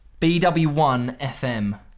BW1FM